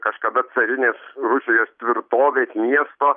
kažkada carinės rusijos tvirtovės miesto